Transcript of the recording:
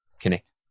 Connect